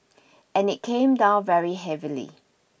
and it came down very heavily